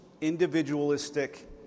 individualistic